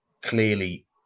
clearly